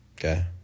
Okay